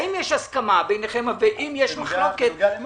האם יש הסכמה ביניכם על הנושא של ההפרטה?